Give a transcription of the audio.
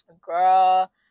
girl